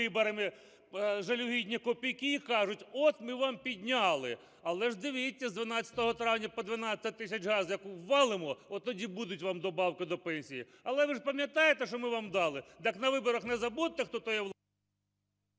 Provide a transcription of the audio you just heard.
виборами жалюгідні копійки і кажуть, от ми вам підняли. Але ж дивіться, з 12 травня по 12 тисяч газ як увалимо, отоді будуть вам добавки до пенсій. Але ж ви пам'ятаєте, що ми вам дали, так на виборах не забудьте, хто той… ГОЛОВУЮЧИЙ.